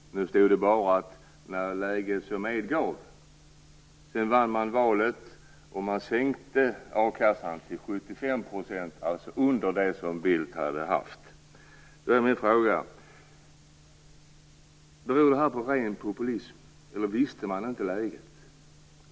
Då stod det bara: när läget så medgav. Sedan vann man valet. A-kassan sänktes till 75 %, alltså under det procenttal som gällde under Beror detta på ren populism eller kände man inte till läget?